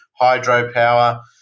hydropower